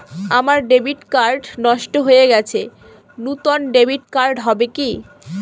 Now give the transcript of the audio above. আমার debit card নষ্ট হয়ে গেছে নূতন ডেবিট কার্ড হবে কি?